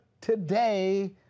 today